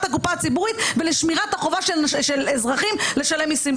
הקופה הציבורית ולשמירת החובה של אזרחים לשלם מסים.